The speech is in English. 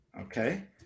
okay